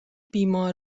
بیمار